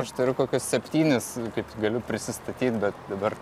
aš turiu kokius septynis kaip galiu prisistatyt bet dabar